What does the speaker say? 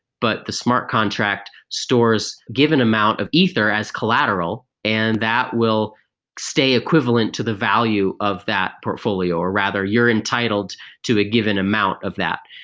but the smart contract stores given amount of ether as collateral, and that will stay equivalent to the value of that portfolio, or rather you're entitled to a given amount of that.